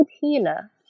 healer